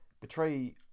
betray